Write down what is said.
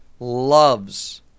loves